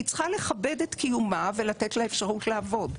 היא צריכה לכבד את קיומה ולתת לה אפשרות לעבוד.